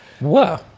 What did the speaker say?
Wow